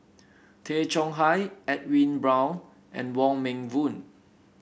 Tay Chong Hai Edwin Brown and Wong Meng Voon